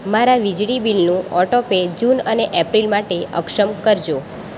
મારા વીજળી બીલનું ઓટો પે જૂન અને એપ્રિલ માટે અક્ષમ કરજો